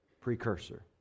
precursor